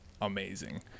amazing